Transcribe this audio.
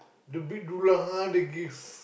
the big dulang ah they give